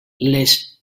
les